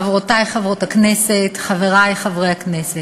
חברותי חברות הכנסת, חברי חברי הכנסת,